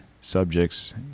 subjects